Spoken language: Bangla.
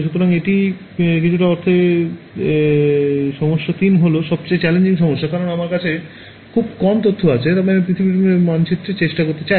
সুতরাং এটি কিছুটা অর্থে সমস্যা 3 হল সবচেয়ে চ্যালেঞ্জিং সমস্যা কারণ আমার কাছে খুব কম তথ্য আছে তবে আমি পুরো পৃথিবীটি ঠিকঠাক মানচিত্রের চেষ্টা করতে চাই